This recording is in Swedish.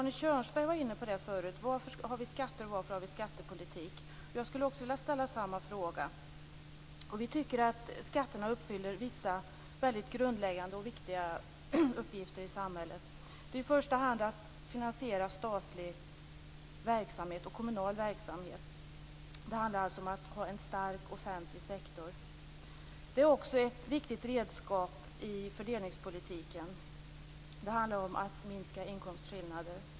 Arne Kjörnsberg var tidigare inne på frågan varför vi har skatter och en skattepolitik. Också jag skulle vilja ställa den frågan. Vi tycker att skatterna fyller vissa väldigt grundläggande och viktiga uppgifter i samhället. Det gäller i första hand att finansiera statlig och kommunal verksamhet. Det handlar alltså om att ha en stark offentlig sektor. De är också ett viktigt redskap i fördelningspolitiken. Det handlar om att minska inkomstskillnader.